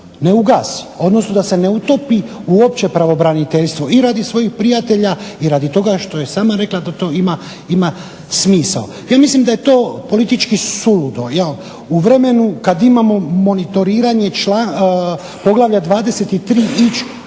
ne ugasi, odnosno da se ne utopi u opće pravobraniteljstvo i radi svojih prijatelja i radi toga što je sama rekla da to ima smisao. Ja mislim da je to politički suludo. U vremenu kad imamo monitoriranje poglavlja 23 ići